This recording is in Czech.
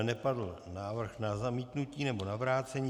Nepadl návrh na zamítnutí nebo na vrácení.